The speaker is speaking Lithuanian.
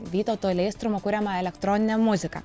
vytauto leistrumo kuriamą elektroninę muziką